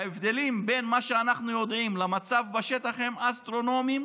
ההבדלים בין מה שאנחנו יודעים לבין המצב בשטח הם אסטרונומיים,